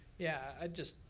yeah, i just,